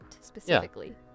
specifically